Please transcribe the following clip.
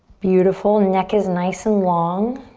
beautiful, neck is nice and long.